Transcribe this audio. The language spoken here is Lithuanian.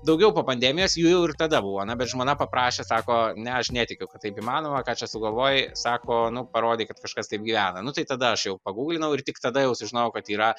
daugiau po pandemijos jų ir tada buvo na bet žmona paprašė sako ne aš netikiu kad taip įmanoma ką čia sugalvojai sako nu parodykkad kažkas taip gyvena nu tai tada aš jau pagūglinau ir tik tada jau sužinojau kad yra